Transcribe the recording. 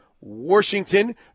Washington